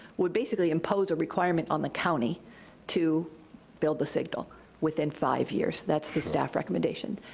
would basically impose a requirement on the county to build the signal within five years. that's the staff recommendation.